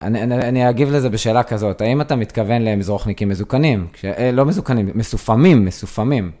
אני אגיב לזה בשאלה כזאת, האם אתה מתכוון למזרוחניקים מזוקנים? לא מזוקנים, משופמים, משופמים.